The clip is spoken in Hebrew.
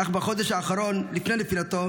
אך בחודש האחרון לפני נפילתו